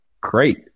great